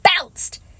bounced